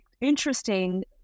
interesting